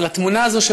אבל התמונה הזו,